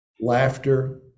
laughter